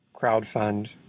crowdfund